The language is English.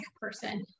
person